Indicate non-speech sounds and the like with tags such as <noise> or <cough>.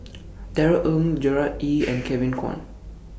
<noise> Darrell Ang Gerard Ee <noise> and Kevin Kwan